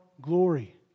glory